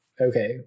Okay